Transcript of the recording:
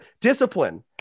discipline